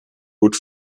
would